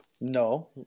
No